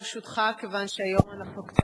ברשותך, כיוון שהיום אנחנו קצת